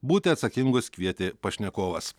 būti atsakingus kvietė pašnekovas